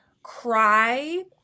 cry